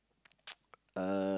uh